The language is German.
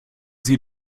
sie